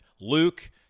Luke